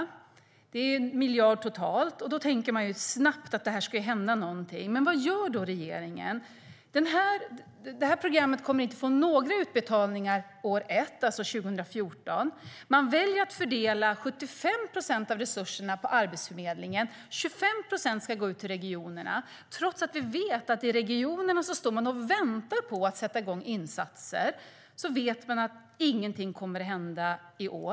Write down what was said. Det är 1 miljard totalt. Då tänker man att det snabbt ska hända något. Men vad gör då regeringen? Det här programmet kommer inte att få några utbetalningar år 1, alltså 2014. Man väljer att fördela 75 procent av resurserna på Arbetsförmedlingen och 25 procent till regionerna, trots att vi vet att de i regionerna väntar på att sätta i gång insatser - men de vet att inget kommer att hända i år.